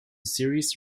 series